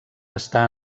està